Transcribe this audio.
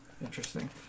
Interesting